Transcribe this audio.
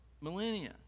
millennia